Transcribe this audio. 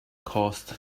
caused